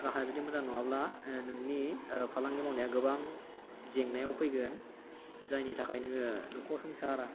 राहाया जुदि मोजां नङाब्ला नोंनि फालांगि मावनाया गोबां जेंनायाव फैगोन जायनि थाखाय नों न'खर संसारा